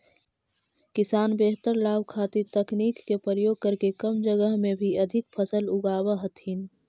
किसान बेहतर लाभ खातीर तकनीक के प्रयोग करके कम जगह में भी अधिक फसल उगाब हथिन